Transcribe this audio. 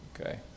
Okay